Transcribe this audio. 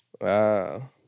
Wow